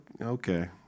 okay